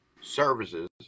services